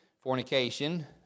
fornication